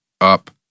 up